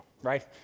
right